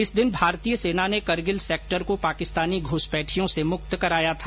इस दिन भारतीय सेना ने करगिल सेक्टर को पाकिस्तानी घ्सपैठियों से मुक्त कराया था